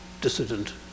dissident